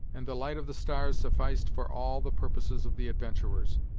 and the light of the stars sufficed for all the purposes of the adventurers.